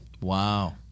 Wow